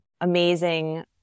amazing